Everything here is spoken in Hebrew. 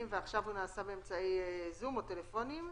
ועכשיו הוא נעשה באמצעות זום או טלפונים?